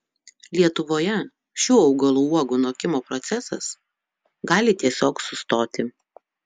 lietuvoje šių augalų uogų nokimo procesas gali tiesiog sustoti